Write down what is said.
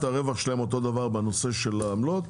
הרווח שלהם אותו דבר בנושא של העמלות,